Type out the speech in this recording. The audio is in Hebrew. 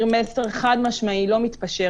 אף אחד מאתנו לא מקבל